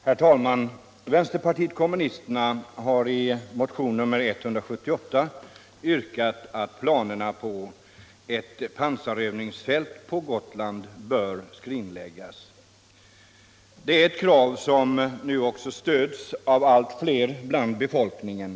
Herr talman! Vänsterpartiet kommunisterna har i motionen 1975/76:178 yrkat att planerna på ett pansarövningsfält på Gotland skrin läggs. Det är ett krav som nu stöds av allt fler bland befolkningen.